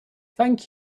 thank